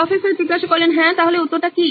professor হ্যাঁ তাহলে উত্তরটা কি